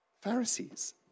Pharisees